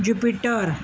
jupiter